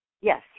Yes